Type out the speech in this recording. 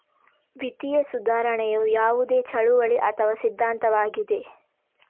ವಿತ್ತೀಯ ಸುಧಾರಣೆಯು ಯಾವುದೇ ಚಳುವಳಿ ಅಥವಾ ಸಿದ್ಧಾಂತವಾಗಿದೆ